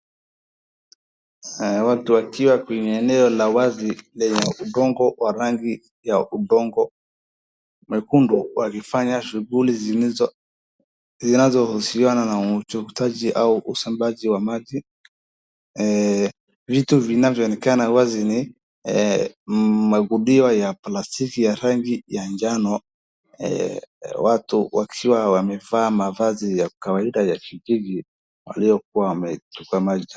Watu wakiwa kwenye eneo la wazi lenye ugongo wa rangi ya udongo mwekundu wakifanya shughuli zinazohusiana na umuktaji au usambazaji wa maji. Vitu vinavyoonekana wazi ni magudio ya plastiki ya rangi ya manjano, watu wakiwa wamevaa mavazi ya kawaida ya kitigri waliokuwa.